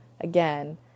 Again